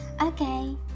Okay